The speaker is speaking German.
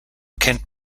kennt